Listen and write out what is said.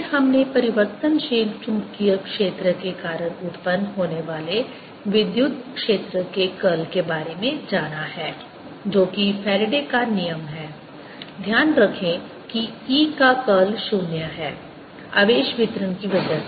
फिर हमने परिवर्तनशील चुंबकीय क्षेत्र के कारण उत्पन्न होने वाले विद्युत क्षेत्र के कर्ल के बारे में जाना है जो कि फैराडे का नियम Faraday's law है ध्यान रखें कि E का कर्ल 0 है आवेश वितरण की वजह से